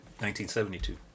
1972